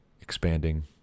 expanding